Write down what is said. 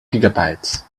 gigabytes